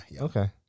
Okay